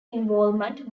involvement